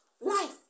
Life